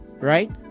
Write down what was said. Right